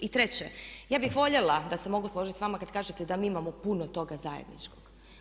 I treće, ja bi voljela da se mogu složiti s vama kada kažete da mi imamo puno toga zajedničkog.